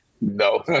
No